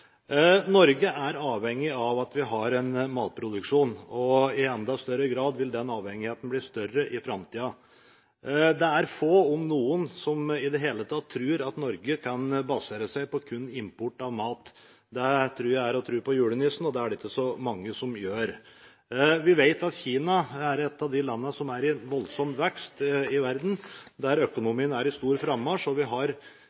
matproduksjon. I enda større grad vil den avhengigheten bli større i framtida. Det er få, om noen, som i det hele tatt tror at Norge kan basere seg på kun import av mat. Det tror jeg er å tro på julenissen, og det er det ikke så mange som gjør. Vi vet at Kina er et av de landene som er i voldsomst vekst i verden, der